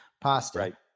pasta